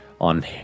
on